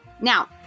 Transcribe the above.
Now